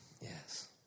Yes